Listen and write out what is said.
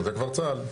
זה כבר צה"ל.